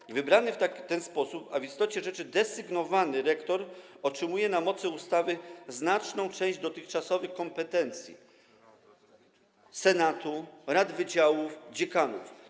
I wybrany w ten sposób, a w istocie rzeczy desygnowany rektor otrzymuje na mocy ustawy znaczną część dotychczasowych kompetencji senatu, rad wydziałów, dziekanów.